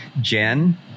Jen